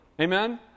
Amen